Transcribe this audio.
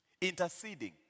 Interceding